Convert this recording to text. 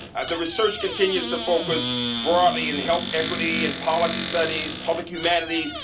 the research continues to focus broadly in health equity and policy studies, public humanities,